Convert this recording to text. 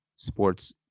Sports